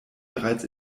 bereits